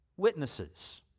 witnesses